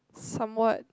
somewhat